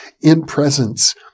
in-presence